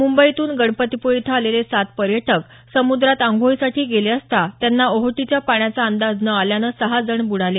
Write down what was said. मुंबईतून गणपतीपुळे इथं आलेले सात पर्यटक समुद्रात आंघोळीसाठी गेले असता त्यांना ओहोटीच्या पाण्याचा अंदाज न आल्यानं सहा जण बुडाले